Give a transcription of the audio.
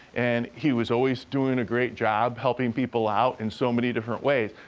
and he was always doing a great job helping people out in so many different ways.